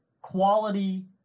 quality